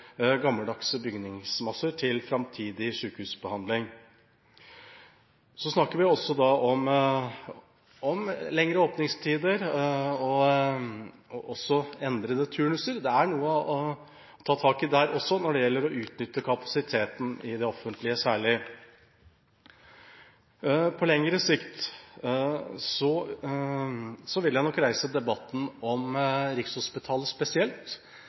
til framtidig sykehusbehandling. Så snakker vi også om lengre åpningstider og endrede turnuser. Det er noe å ta tak i der også når det gjelder å utnytte kapasiteten, særlig i det offentlige. På lengre sikt vil jeg nok reise debatten om Rikshospitalet spesielt.